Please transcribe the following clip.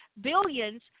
billions